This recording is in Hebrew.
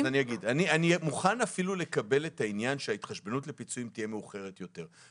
אני מוכן לקבל את הרעיון שההתחשבנות לפיצויים תהיה מאוחרת יותר.